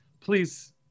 please